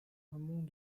amont